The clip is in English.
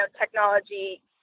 technology